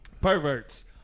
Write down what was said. Perverts